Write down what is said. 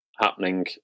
happening